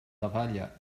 davalla